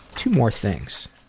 two more things.